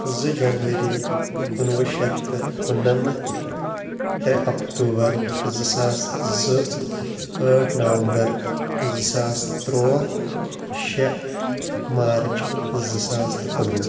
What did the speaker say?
زٕ جَنؤرِی کُنوُہ شیٚتھ تہٕ کُننَمتھ ترٛےٚ اُکتُوبَر زٕ ساس زٕ ٲٹھ نوَمبر زٕ ساس تُرواہ شیٚے مارٕچ زٕ ساس تہٕ کُنوُہ